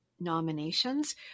Nominations